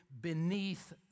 beneath